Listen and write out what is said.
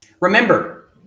Remember